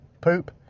poop